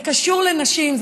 זה קשור לנשים,